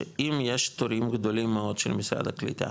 שאם יש תורים גדולים מאוד של משרד הקליטה